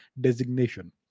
designation